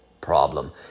problem